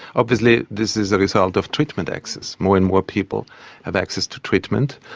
obviously this is a result of treatment access. more and more people have access to treatment,